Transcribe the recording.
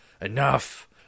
enough